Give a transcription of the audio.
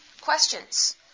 questions